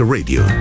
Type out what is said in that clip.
Radio